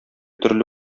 төрле